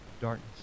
darkness